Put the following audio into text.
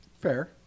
Fair